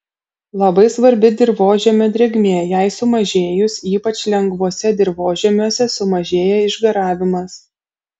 labai svarbi dirvožemio drėgmė jai sumažėjus ypač lengvuose dirvožemiuose sumažėja išgaravimas